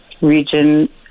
region